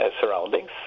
surroundings